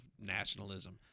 nationalism